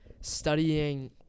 studying